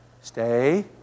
Stay